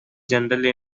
generally